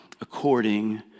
according